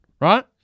Right